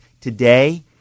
Today